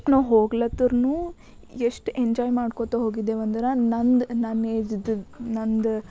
ನಾವು ಹೋಗ್ಲತ್ತರ್ನೂ ಎಷ್ಟು ಎಂಜಾಯ್ ಮಾಡ್ಕೊತ ಹೋಗಿದ್ದೇವಂದ್ರೆ ನಂದು ನನ್ನ ಏಜಿನ ನಂದ